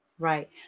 Right